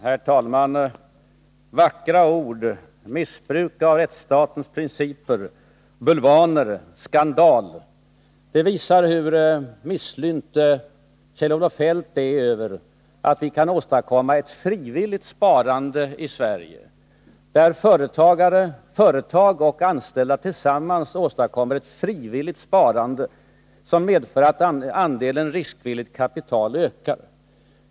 Herr talman! Vackra ord, missbruk av rättsstatens principer, bulvaner, skandal — allt detta visar hur misslynt Kjell-Olof Feldt är över att vi kan åstadkomma ett frivilligt sparande i Sverige. Företag och anställda åstadkommer tillsammans ett frivilligt sparande, som medför att andelen riskvilligt kapital ökar.